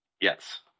Yes